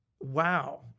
Wow